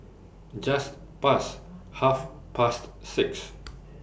Just Past Half Past six